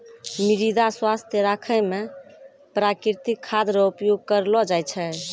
मृदा स्वास्थ्य राखै मे प्रकृतिक खाद रो उपयोग करलो जाय छै